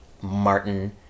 Martin